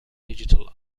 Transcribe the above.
digital